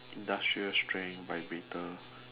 industrial strength by Victor